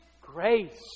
grace